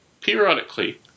periodically